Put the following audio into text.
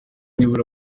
nibura